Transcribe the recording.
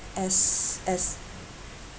as as